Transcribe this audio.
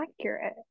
accurate